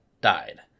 died